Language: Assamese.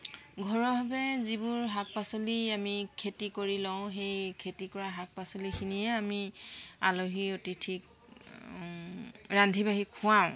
ঘৰুৱাভাৱে যিবোৰ শাক পাচলি আমি খেতি কৰি লওঁ সেই খেতি কৰা শাক পাচলিখিনিয়ে আমি আলহী অতিথিক ৰান্ধি বাঢ়ি খুৱাওঁ